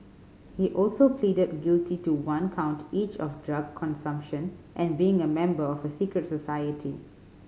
he also pleaded guilty to one count each of drug consumption and being a member of a secret society